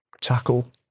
tackle